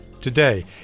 today